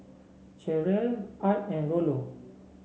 Cherrelle Art and Rollo